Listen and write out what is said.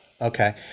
Okay